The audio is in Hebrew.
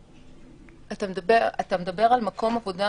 אתה מדבר על מקום עבודה